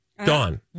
Dawn